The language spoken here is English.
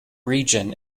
region